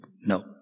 no